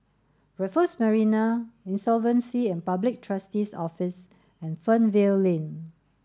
Raffles Marina Insolvency and Public Trustee's Office and Fernvale Lane